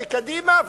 מקדימה,